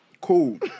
cool